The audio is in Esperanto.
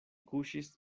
kuŝis